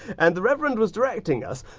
and the reverend was directing us,